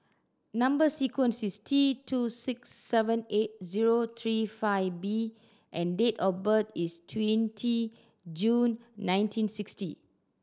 number sequence is T two six seven eight zero three five B and date of birth is twenty June nineteen sixty